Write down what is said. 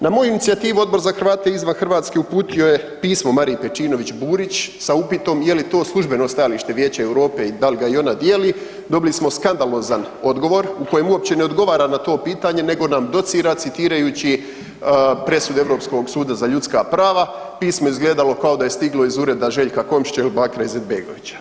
Na moju inicijativu Odbor za Hrvate izvan Hrvatske uputio je pismo Mariji Pejčinović Burić sa upitom je li to službeno stajalište Vijeća Europe i dal ga i ona dijeli, dobili smo skandalozan odgovor u kojem uopće ne odgovara na to pitanje nego nam docira citirajući presudu Europskog suda za ljudska prava, pismo je izgledalo kao da je stiglo iz ureda Željka Komšića ili Bakira Izetbegovića.